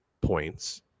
points